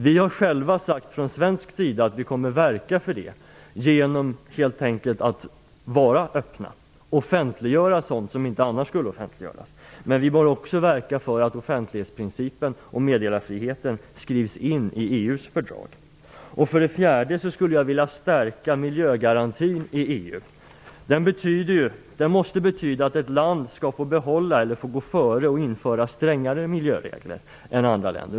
Vi har själva från svensk sida sagt att vi kommer att verka för detta genom att helt enkelt vara öppna och offentliggöra sådant som inte annars skulle offentliggöras. Men vi bör också verka för att offentlighetsprincipen och meddelarfriheten skrivs in i EU:s fördrag. För det fjärde skulle jag vilja stärka miljögarantin i EU. Den måste betyda att ett land skall få behålla eller få gå före och införa strängare miljöregler än andra länder.